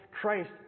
Christ